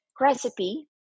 recipe